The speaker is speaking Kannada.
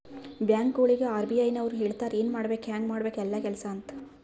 ಬ್ಯಾಂಕ್ಗೊಳಿಗ್ ಆರ್.ಬಿ.ಐ ನವ್ರು ಹೇಳ್ತಾರ ಎನ್ ಮಾಡ್ಬೇಕು ಹ್ಯಾಂಗ್ ಮಾಡ್ಬೇಕು ಕೆಲ್ಸಾ ಅಂತ್ ಎಲ್ಲಾ